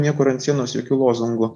niekur ant sienos jokių lozungų